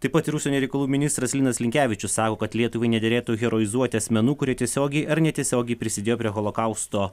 taip pat ir užsienio reikalų ministras linas linkevičius sako kad lietuvai nederėtų heroizuoti asmenų kurie tiesiogiai ar netiesiogiai prisidėjo prie holokausto